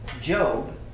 Job